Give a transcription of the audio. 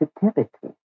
sensitivity